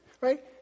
Right